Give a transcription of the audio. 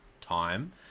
time